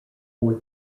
for